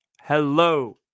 Hello